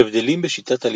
הבדלים בשיטת הלימוד